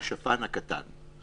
השפן הקטן.